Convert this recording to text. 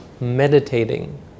meditating